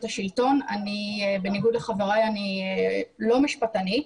בניגוד לחבריי אני לא משפטנית.